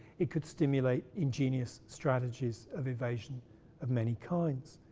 it could stimulate ingenious strategies of evasion of many kinds.